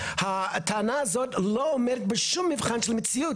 הטענה הזאת לא עומדת בשום מבחן של המציאות,